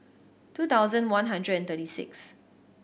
two thousand one hundred and thirty six